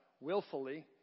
willfully